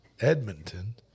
Edmonton